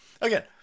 Again